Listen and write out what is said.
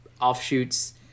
offshoots